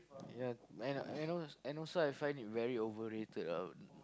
ya and and al~ and also I find it very overrated ah